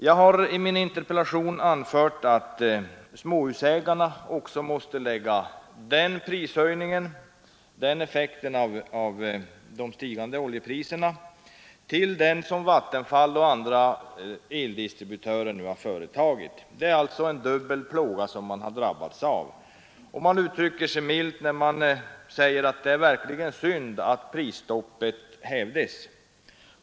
Jag har i min interpellation anfört att småhusägarna måste lägga effekten av de stigande oljepriserna till den höjning som Vattenfall och andra eldistributörer företagit. Man har alltså drabbats av en dubbel plåga. Man uttrycker sig milt, när man säger att det verkligen är synd att prisstoppet hävdes.